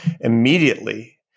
immediately